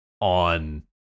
on